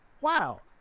Wow